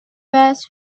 bears